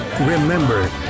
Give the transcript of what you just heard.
Remember